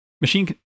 machine